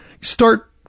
start